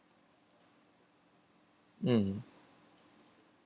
mm